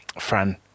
Fran